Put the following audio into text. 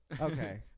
Okay